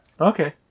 Okay